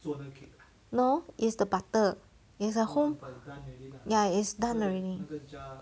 no it's the butter it's at home ya it's done already